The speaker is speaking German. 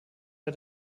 bei